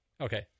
Okay